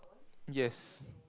yes